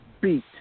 beat